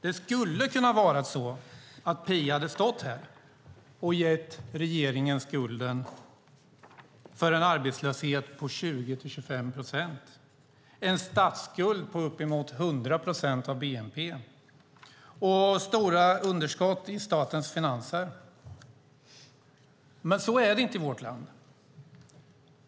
Det skulle ha kunnat vara så att Pia hade stått här och gett regeringen skulden för en arbetslöshet på 20-25 procent, en statsskuld på uppemot 100 procent av bnp och stora underskott i statens finanser. Men så är det inte i vårt land.